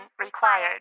required